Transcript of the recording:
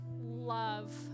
love